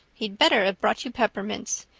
he'd better have brought you peppermints.